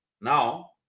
Now